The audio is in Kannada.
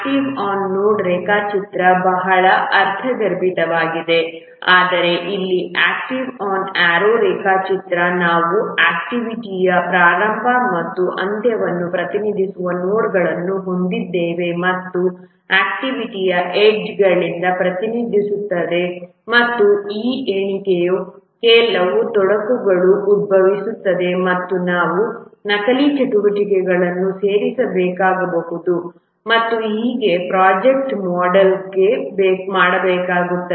ಆಕ್ಟಿವಿಟಿ ಆನ್ ನೋಡ್ ರೇಖಾಚಿತ್ರವು ಬಹಳ ಅರ್ಥಗರ್ಭಿತವಾಗಿದೆ ಆದರೆ ಇಲ್ಲಿ ಆಕ್ಟಿವಿಟಿ ಆನ್ ಆರೋ ರೇಖಾಚಿತ್ರದಲ್ಲಿ ನಾವು ಆಕ್ಟಿವಿಟಿಯ ಪ್ರಾರಂಭ ಮತ್ತು ಅಂತ್ಯವನ್ನು ಪ್ರತಿನಿಧಿಸುವ ನೋಡ್ಗಳನ್ನು ಹೊಂದಿದ್ದೇವೆ ಮತ್ತು ಆಕ್ಟಿವಿಟಿಯು ಎಡ್ಜ್ಗಳಿಂದ ಪ್ರತಿನಿಧಿಸುತ್ತದೆ ಮತ್ತು ಆ ಎಣಿಕೆಯಲ್ಲಿ ಕೆಲವು ತೊಡಕುಗಳು ಉದ್ಭವಿಸುತ್ತವೆ ಮತ್ತು ನಾವು ನಕಲಿ ಚಟುವಟಿಕೆಗಳನ್ನು ಸೇರಿಸಬೇಕಾಗಬಹುದು ಮತ್ತು ಹೀಗೆ ಪ್ರೊಜೆಕ್ಟ್ ಮೋಡೆಲ್ಗು ಮಾಡಬೇಕಾಗುತ್ತದೆ